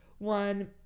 One